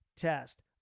test